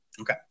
Okay